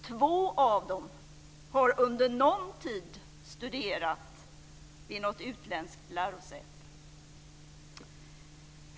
Två av dem har under någon tid studerat vid något utländskt lärosäte.